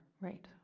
Right